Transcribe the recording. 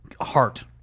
heart